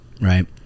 right